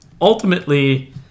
ultimately